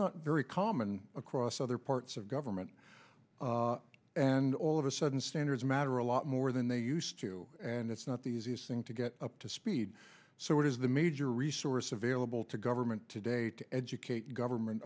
not very common across other parts of government and all of a sudden standards matter a lot more than they used to and it's not the easiest thing to get up to speed so what is the major resource available to government today to educate government